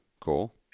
cool